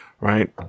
right